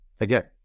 Again